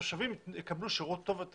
והתושבים יקבלו שירות טוב יותר